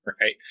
right